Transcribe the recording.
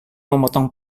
memotong